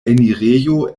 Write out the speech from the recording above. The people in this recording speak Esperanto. enirejo